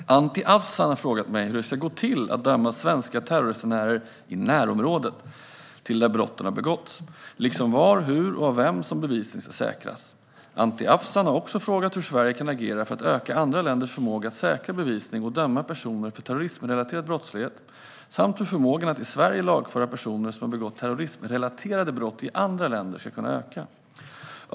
Fru talman! Anti Avsan har frågat mig hur det ska gå till att döma svenska terrorresenärer i "närområdet" till de platser där brotten har begåtts, liksom var, hur och av vem bevisning ska säkras. Anti Avsan har också frågat hur Sverige kan agera för att öka andra länders förmåga att säkra bevisning och döma personer för terrorismrelaterad brottslighet samt hur förmågan att i Sverige lagföra personer som har begått terrorismrelaterade brott i andra länder ska kunna öka.